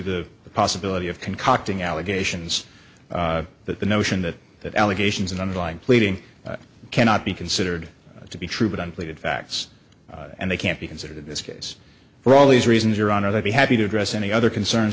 the possibility of concocting allegations that the notion that that allegations and underlying pleading cannot be considered to be true but on pleaded facts and they can't be considered in this case for all these reasons your honor they'd be happy to address any other concerns